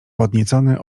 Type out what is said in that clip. podniecony